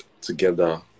together